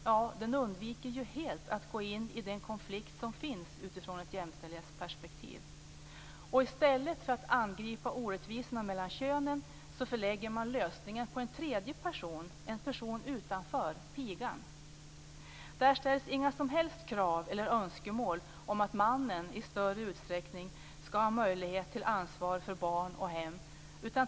Ja, den undviker ju helt att gå in i den konflikt som finns utifrån ett jämställdhetsperspektiv. I stället för att angripa orättvisan mellan könen förlägger man lösningen på en tredje person, en person utanför, pigan. Det ställs inga som helst krav på eller önskemål om att mannen i större utsträckning skall ha möjlighet till att ta ansvar för barn och hem.